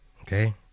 okay